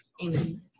Amen